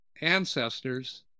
ancestors